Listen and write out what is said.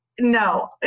No